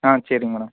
ஆ சரிங்க மேடம்